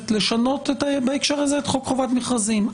לשנות בהקשר הזה את חוק חובת מכרזים.